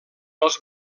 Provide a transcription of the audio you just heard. els